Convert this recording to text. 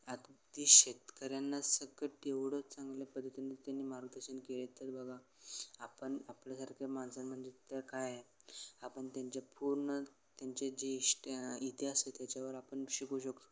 अगदी शेतकऱ्यांना सगळं तेवढं चांगल्या पद्धतीने त्यांनी मार्गदर्शन केलेत तर बघा आपण आपल्यासारख्या माणसां म्हणजे तर काय आपण त्यांच्या पूर्ण त्यांचे जे इष्ट इतिहास आहे त्याच्यावर आपण शिकू शकतो